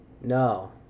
no